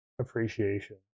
appreciation